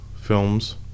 films